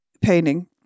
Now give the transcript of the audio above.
painting